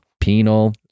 penal